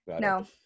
No